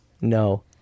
No